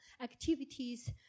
activities